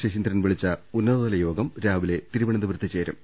ശശീന്ദ്രൻ വിളിച്ച ഉന്നതതലയോഗം രാവിലെ തിരുവനന്തപുരത്ത് ചേരും